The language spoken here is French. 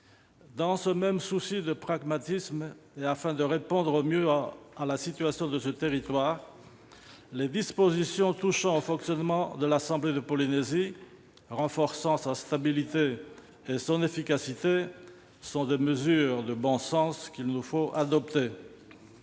Dans ce même souci de pragmatisme, et afin de répondre au mieux à la situation de ce territoire, les dispositions touchant au fonctionnement de l'assemblée de la Polynésie française, renforçant sa stabilité et son efficacité, sont des mesures de bon sens qu'il nous faut adopter.